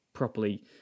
properly